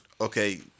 Okay